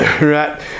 right